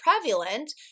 prevalent